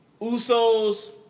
Usos